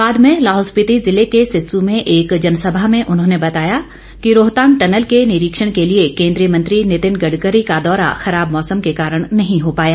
बाद में लाहौल स्पीति जिले के सिस्सु में एक जनसभा में उन्होंने बताया कि रोहतांग टनल के निरीक्षण के लिए केंद्रीय मंत्री नितिन गडकरी का दौरा खराब मौसम के कारण नहीं हो पाया